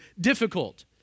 difficult